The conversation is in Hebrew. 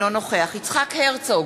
אינו נוכח יצחק הרצוג,